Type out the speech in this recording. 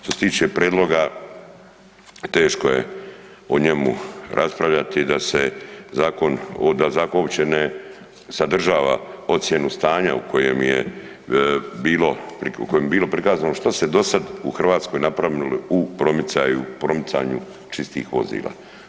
Što se tiče prijedloga teško je o njemu raspravljati, da se zakon, da zakon uopće ne sadržava ocjenu stanja u kojem je bilo, u kojem bi bilo prikazano što se dosad u Hrvatskoj napravilo u promicanju čistih vozila.